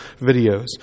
videos